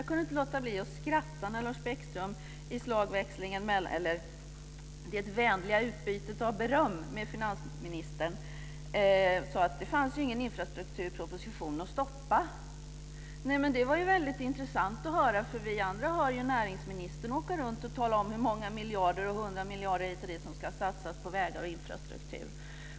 Jag kunde inte låta bli att skratta när Lars Bäckström i det vänliga utbytet av beröm med finansministern sade att det inte fanns någon infrastrukturproposition att stoppa. Det var väldigt intressant att höra, för vi andra ser näringsministern åka runt och tala om hur många hundra miljarder som ska satsas på vägar och infrastruktur.